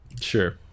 Sure